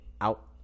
out